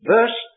Verse